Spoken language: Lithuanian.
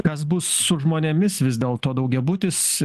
kas bus su žmonėmis vis dėlto daugiabutis